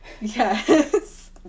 yes